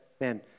man